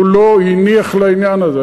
והוא לא הניח לעניין הזה,